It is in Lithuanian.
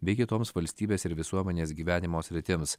bei kitoms valstybės ir visuomenės gyvenimo sritims